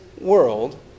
world